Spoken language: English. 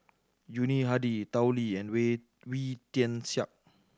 Yuni Hadi Tao Li and Wee Wee Tian Siak